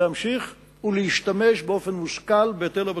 להמשיך ולהשתמש באופן מושכל בהיטל הבצורת.